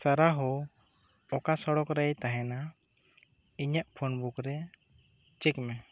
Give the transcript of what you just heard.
ᱥᱟᱨᱟᱦᱚ ᱚᱠᱟ ᱥᱚᱲᱚᱠ ᱨᱮ ᱛᱟᱦᱮᱱᱟ ᱤᱧᱟᱹᱜ ᱯᱷᱳᱱ ᱵᱩᱠ ᱨᱮ ᱪᱮᱠ ᱢᱮ